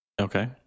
Okay